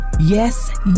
Yes